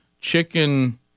chicken